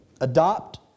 Adopt